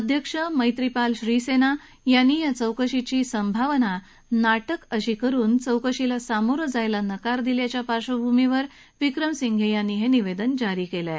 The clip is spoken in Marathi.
अध्यक्ष मैत्रीपाल श्रीसेना यांनी या चौकशीची संभावना नाटक अशी करुन चौकशीला सामोरं जायला नकार दिल्याच्या पार्श्वभूमीवर प्रधानमंत्री विक्रम सिंघे यांनी हे निवेदन जारी केलंय